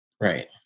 Right